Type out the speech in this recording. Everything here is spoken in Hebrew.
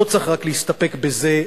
לא צריך להסתפק רק בזה,